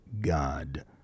God